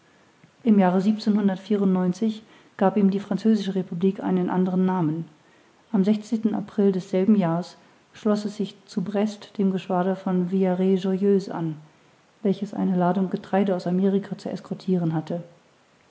im jahre gab ihm die französische republik einen anderen namen am april desselben jahrs schloß es sich zu brest dem geschwader von villaret joyeuse an welches eine ladung getreide aus amerika zu escortiren hatte